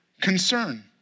concern